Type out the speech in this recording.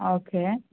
okay